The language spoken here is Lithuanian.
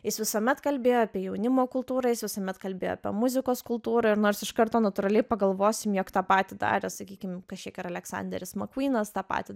jis visuomet kalbėjo apie jaunimo kultūrą jis visuomet kalbėjo apie muzikos kultūrą ir nors iš karto natūraliai pagalvosim jog tą patį darė sakykim kažiek ir aleksanderis makvynas tą patį